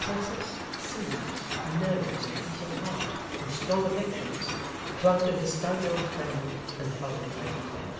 with pulses, sinews, nerves, and beating heart, and strong affections clung to his stout old friend, and followed where he led.